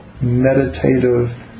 meditative